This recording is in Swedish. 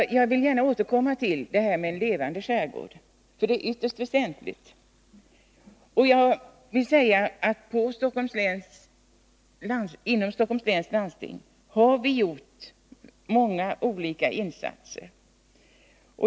Jag vill gärna återkomma till frågan om en levande skärgård, som är något ytterst väsentligt, och säga att vi inom Stockholms läns landsting har gjort många insatser.